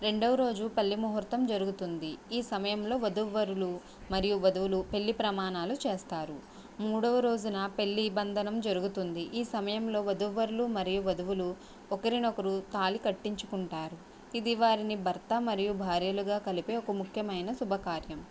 రెండవ రోజు పెళ్లి ముహూర్తం జరుగుతుంది ఈ సమయంలో వధూవరులు మరియు వధువులు పెళ్లి ప్రమాణాలు చేస్తారు మూడవ రోజున పెళ్లి బంధనం జరుగుతుంది ఈ సమయంలో వధూవరులు మరియు వధువులు ఒకరినొకరు తాళి కట్టించుకుంటారు ఇది వారిని భర్త మరియు భార్యలుగా కలిపే ఒక ముఖ్యమైన శుభకార్యం